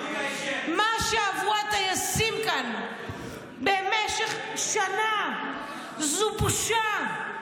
--- מה שעברו הטייסים כאן במשך שנה הוא בושה -- בושה.